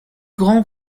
grand